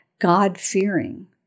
God-fearing